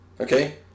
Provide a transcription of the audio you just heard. Okay